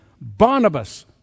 Barnabas